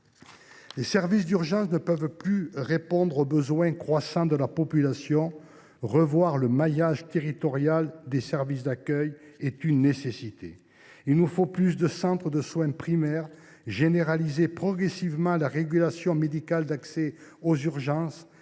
Les services d’urgences ne peuvent plus répondre aux besoins croissants de la population. Revoir le maillage territorial des services d’accueil est donc une nécessité. Il nous faut plus de centres de soins primaires ; nous devons également généraliser progressivement la régulation médicale d’accès aux urgences